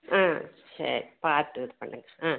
ஆ சரி பார்த்து இது பண்ணுங்கள் ஆ